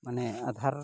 ᱢᱟᱱᱮ ᱟᱫᱷᱟᱨ